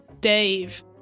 Dave